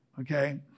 okay